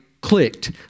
clicked